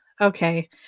okay